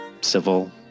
civil